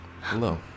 hello